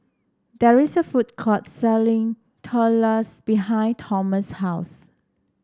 there is a food court selling Tortillas behind Thomas' house